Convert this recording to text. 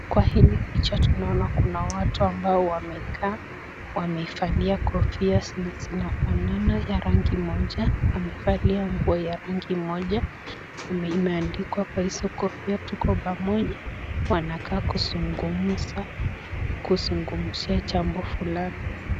Kwa hili picha tunaona kuwa kuna watu ambao wamekaa wamevalia kofia zenye zinafanana ya rangi moja. Wamevalia nguo ya rangi moja, imeandikwa kwa hizo kofia tuko pamoja wanakaa kuzungumza, kuzungumzia jambo fulani.